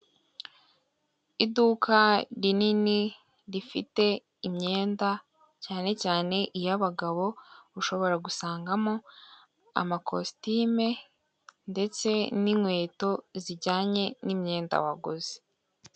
Iduka rinini rifite imyenda, cyane cyane iy'abagabo, ushobora gusangamo amakositime, ndetse n'inkweto zijyanye n'imyenda waguzi.